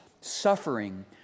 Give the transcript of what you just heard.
suffering